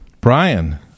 Brian